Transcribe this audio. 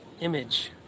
image